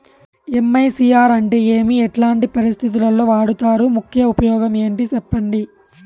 MICR అంటే ఏమి? ఎట్లాంటి పరిస్థితుల్లో వాడుతారు? ముఖ్య ఉపయోగం ఏంటి సెప్పండి?